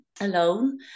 alone